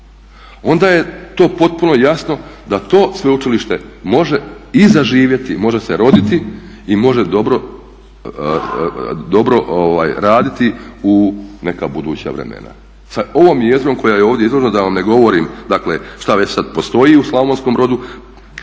onda je to potpuno jasno da to sveučilište može i zaživjeti, može se roditi i može dobro raditi u neka buduća vremena. Sa ovom jezgrom koja je ovdje izložena da vam ne govorim, dakle šta već sad postoji u Slavonskom Brodu